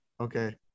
Okay